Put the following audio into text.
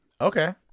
Okay